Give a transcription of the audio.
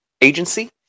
agency